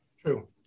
True